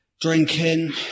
drinking